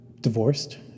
divorced